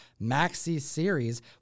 maxi-series